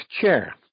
chair